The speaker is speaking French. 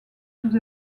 sous